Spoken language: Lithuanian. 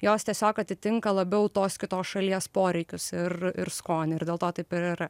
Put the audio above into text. jos tiesiog atitinka labiau tos kitos šalies poreikius ir ir skonį ir dėl to taip ir yra